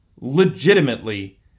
legitimately